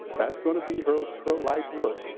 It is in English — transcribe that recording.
that's going to be her her life's work,